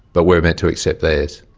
but we're meant to accept theirs.